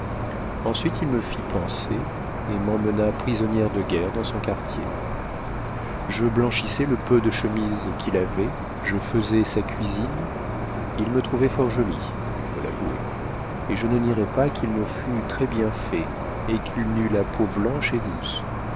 ensuite il me fit panser et m'emmena prisonnière de guerre dans son quartier je blanchissais le peu de chemises qu'il avait je fesais sa cuisine il me trouvait fort jolie il faut l'avouer et je ne nierai pas qu'il ne fût très bien fait et qu'il n'eût la peau blanche et douce